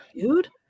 dude